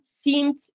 seemed